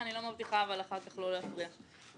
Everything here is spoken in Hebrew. אני לא מבטיחה לא להפריע אחר כך.